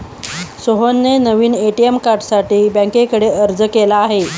सोहनने नवीन ए.टी.एम कार्डसाठी बँकेकडे अर्ज केला आहे